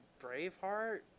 Braveheart